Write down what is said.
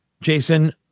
Jason